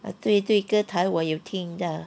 ah 对对歌台我又听到